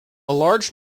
large